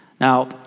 Now